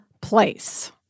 place